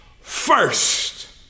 first